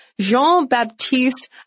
Jean-Baptiste